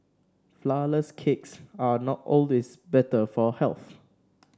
flourless cakes are not always better for health